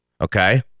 okay